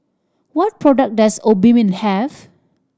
what products does Obimin have